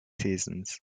seasons